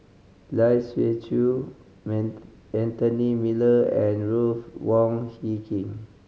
Lai Siu Chiu Anthony Miller and Ruth Wong Hie King